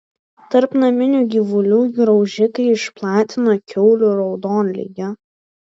tarp naminių gyvulių graužikai išplatina kiaulių raudonligę